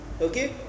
okay